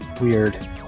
Weird